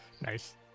Nice